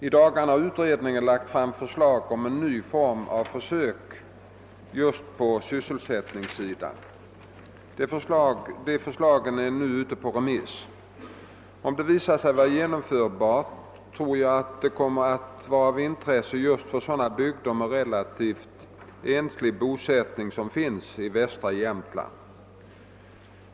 I dagarna har utredningen lagt fram förslag om en ny form av försök just på sysselsättningssidan. Det för slaget är nu ute på remiss. Om det visar sig vara genomförbart tror jag att det kommer att vara av intresse just för sådana bygder med relativt enslig bosättning som finns i västra Jämtland.